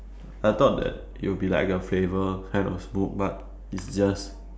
I thought that it would be like a flavour kind of smoke but it's just